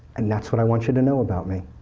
and that's what i want you to know about me.